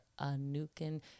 anukin